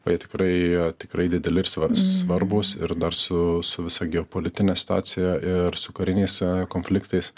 o jie tikrai tikrai dideli ir sva svarbūs ir dar su su visa geopolitine situacija ir su kariniais konfliktais